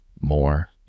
more